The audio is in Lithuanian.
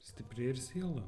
stipri ir siela